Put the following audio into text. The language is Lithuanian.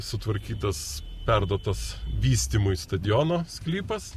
sutvarkytas perduotas vystymui stadiono sklypas